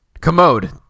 Commode